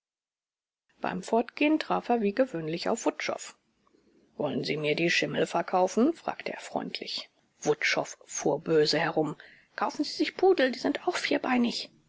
beim fortgehen traf er wie gewöhnlich auf wutschow wollen sie mir die schimmel verkaufen fragte er freundlich wutschow fuhr böse herum kaufen sie sich pudel die sind auch vierbeinig